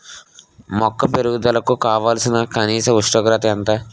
మొక్క పెరుగుదలకు కావాల్సిన కనీస ఉష్ణోగ్రత ఎంత?